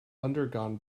undergone